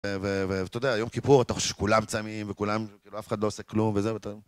ואתה יודע, יום כיפור אתה חושב שכולם צמים וכולם, כאילו אף אחד לא עושה כלום וזהו, אתה יודע.